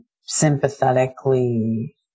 sympathetically